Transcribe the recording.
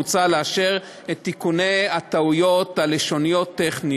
מוצע לאשר את תיקוני הטעויות הלשוניות-טכניות.